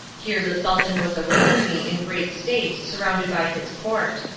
here the sultan was awaiting me in great state surrounded by his court.